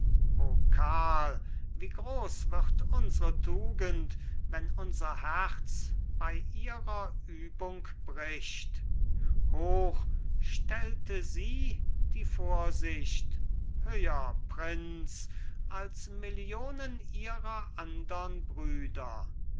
karl wie groß wird unsre tugend wenn unser herz bei ihrer übung bricht hoch stellte sie die vorsicht höher prinz als millionen ihrer andern brüder